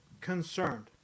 concerned